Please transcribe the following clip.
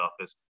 office